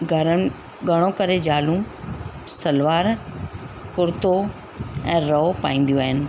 घर घणो करे ज़ालूं सलवार कुर्तो ऐं रओ पाईंदियूं आहिनि